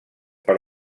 per